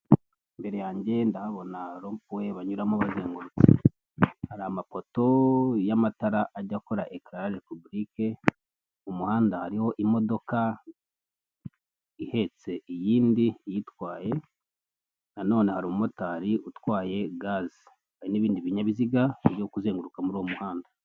Imbere yanjye ndahabona rompuwe banyuramo bazengurutse, hari amapoto y'amatara ajya akora ekireraje puburike. Mu muhanda hariho imodoka ihetse iyindi iyitwaye nanone hari umumotari utwaye gaze, hari n'ibindi binyabiziga bigiye kuzenguruka muri uwo muhanda.